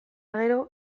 gero